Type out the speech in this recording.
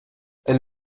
elle